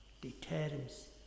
determines